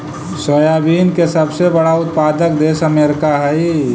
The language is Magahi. सोयाबीन के सबसे बड़ा उत्पादक देश अमेरिका हइ